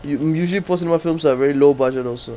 u~ usually post cinema films are very low budget also